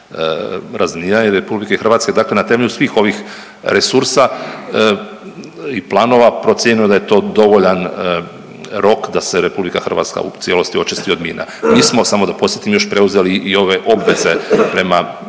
razminiranje RH. Dakle, na temelju svih ovih resursa i planova procijenjeno je da je to dovoljan rok da se RH u cijelosti očisti od mina. Mi smo, samo da podsjetim još preuzeli i ove obveze prema,